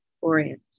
orient